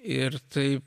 ir taip